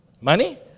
Money